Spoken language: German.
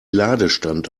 ladestand